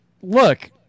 look